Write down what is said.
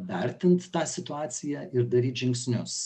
vertint tą situaciją ir daryt žingsnius